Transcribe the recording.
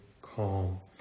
calm